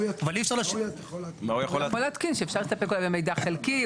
כל הנושאים האלה של המורשה להיתר.